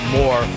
more